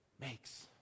makes